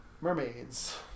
mermaids